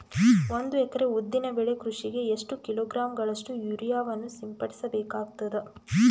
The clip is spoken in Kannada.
ಒಂದು ಎಕರೆ ಉದ್ದಿನ ಬೆಳೆ ಕೃಷಿಗೆ ಎಷ್ಟು ಕಿಲೋಗ್ರಾಂ ಗಳಷ್ಟು ಯೂರಿಯಾವನ್ನು ಸಿಂಪಡಸ ಬೇಕಾಗತದಾ?